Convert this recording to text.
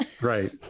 right